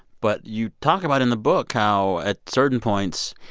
but you talk about in the book how, at certain points,